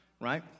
right